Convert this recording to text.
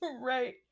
Right